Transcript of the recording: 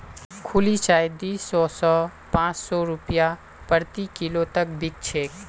खुली चाय दी सौ स पाँच सौ रूपया प्रति किलो तक बिक छेक